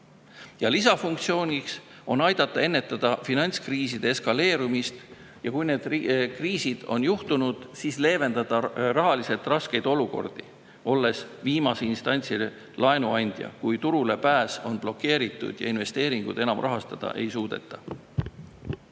Lisafunktsiooniks on aidata ennetada finantskriiside eskaleerumist ja kui need kriisid on [tekkinud], siis rahaliselt leevendada raskeid olukordi, olles viimase instantsi laenuandja, kui turule pääs on blokeeritud ja investeeringuid enam rahastada ei suudeta.